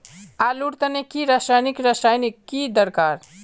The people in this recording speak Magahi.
आलूर तने की रासायनिक रासायनिक की दरकार?